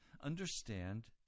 Understand